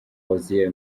uzziel